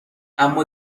اما